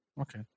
Okay